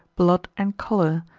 blood and choler,